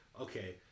Okay